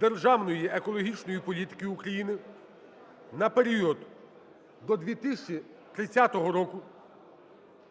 державної екологічної політики України на період до 2030 року